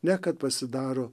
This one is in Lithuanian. ne kad pasidaro